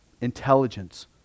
intelligence